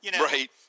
Right